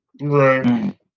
Right